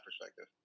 perspective